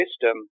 system